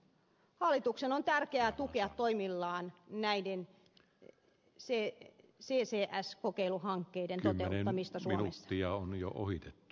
hallituksen on tärkeää tukea toimillaan näiden tee se että se ei siedä sckokeiluhankkeiden emännistä surmista ccs kokeiluhankkeiden toteuttamista suomessa